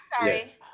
sorry